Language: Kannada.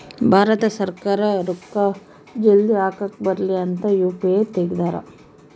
ಭಾರತ ಸರ್ಕಾರ ರೂಕ್ಕ ಜಲ್ದೀ ಹಾಕಕ್ ಬರಲಿ ಅಂತ ಯು.ಪಿ.ಐ ತೆಗ್ದಾರ